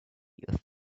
you